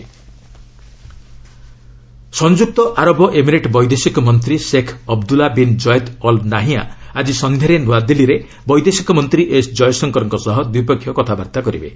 UAE FM ସଂଯୁକ୍ତ ଆରବ Emirate ବୈଦେଶିକ ମନ୍ତ୍ରୀ Sheikh Abdullah bin Zayed Al Nahyan ଆଜି ସନ୍ଧ୍ୟାରେ ନୂଆଦିଲ୍ଲୀରେ ବୈଦେଶିକ ମନ୍ତ୍ରୀ ଏସ୍ ଜୟଶଙ୍କରଙ୍କ ସହ ଦ୍ୱିପକ୍ଷୀୟ କଥାବାର୍ତ୍ତା କରିବେ